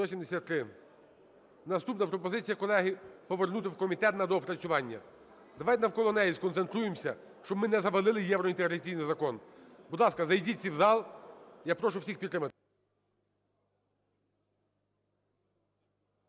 Наступна пропозиція, колеги, – повернути в комітет на доопрацювання. Давайте навколо неї сконцентруємося, щоб ми не завалили євроінтеграційний закон. Будь ласка, зайдіть всі в зал. Я прошу всіх підтримати.